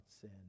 sin